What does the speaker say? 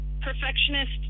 perfectionist